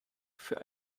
für